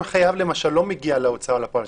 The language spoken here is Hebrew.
אם חייב לא מגיע להוצאה לפועל,